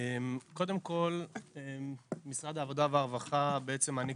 קודם כל משרד העבודה והרווחה בעצם מעניק